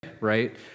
right